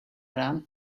done